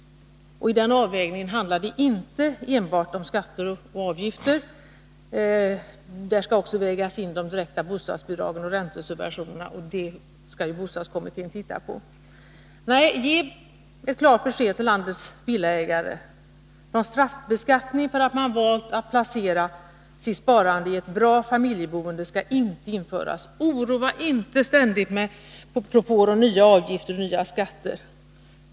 Men i den avvägningen handlar det inte enbart om skatter och avgifter, utan i den skall vägas in också de direkta bostadsbidragen och räntesubventionerna, som bostadskommittén skall se över. Ge ett klart besked till landets villaägare om att någon straffbeskattning för att de valt att placera sitt sparande i ett bra familjeboende inte skall införas! Oroa inte ständigt med propåer om nya avgifter och nya skatter!